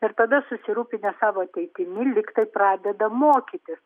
ir tada susirūpinę savo ateitimi lygtai pradeda mokytis